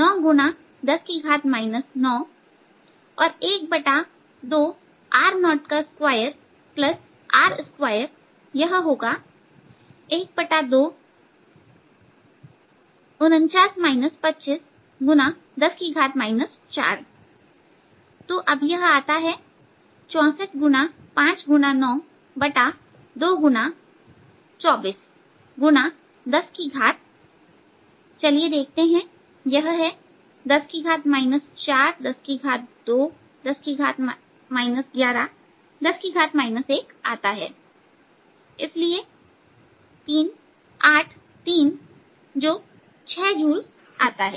9×10 912r02 R2यह होगा 12×10 4तो अब यह आता है 64×5×92×2410 1चलिए देखते हैं यह 10 410210 1110 1 आता है इसलिए 3 8 3 जो 6 जूल्स आता है